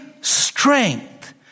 strength